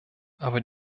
aber